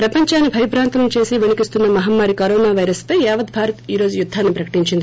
ప్రపందాన్ని భయభ్రాంతులను చేసి వణికిస్తున్న మహమ్మారి కరోనా పైరస్పై యావత్ భారత్ ఈ రోజు యుద్దాన్ని ప్రకటించింది